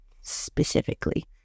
specifically